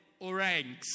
orangs